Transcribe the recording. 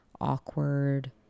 awkward